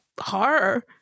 horror